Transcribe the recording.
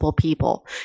people